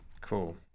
Cool